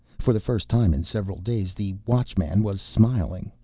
for the first time in several days, the watchman was smiling.